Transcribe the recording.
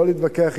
לא להתווכח אתה.